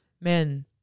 man